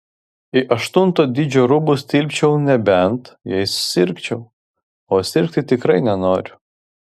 į aštunto dydžio rūbus tilpčiau nebent jei sirgčiau o sirgti tikrai nenoriu